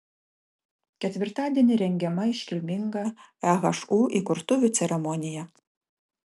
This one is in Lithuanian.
ketvirtadienį rengiama iškilminga ehu įkurtuvių ceremonija